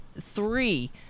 three